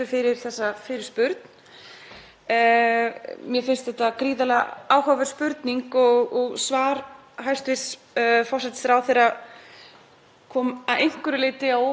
kom að einhverju leyti á óvart og að öðru leyti ekki en voru ákveðin vonbrigði, alla vega ef ég tala fyrir sjálfa mig. Ef ég skil þetta rétt þá er í rauninni ekki neitt